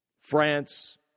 France